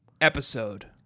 episode